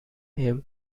him